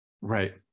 Right